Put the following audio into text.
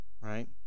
Right